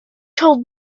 told